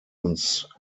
uns